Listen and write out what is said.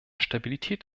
stabilität